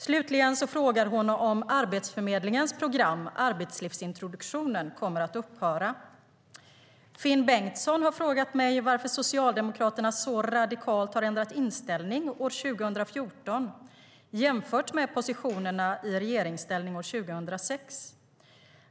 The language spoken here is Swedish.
Slutligen frågar hon om Arbetsförmedlingens program Arbetslivsintroduktion kommer att upphöra. Finn Bengtsson har frågat mig varför Socialdemokraterna så radikalt har ändrat inställning år 2014 jämfört med positionerna i regeringsställning år 2006.